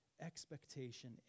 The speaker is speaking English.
expectation